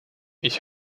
ich